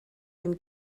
den